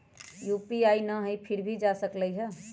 UPI न हई फिर भी जा सकलई ह?